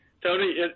Tony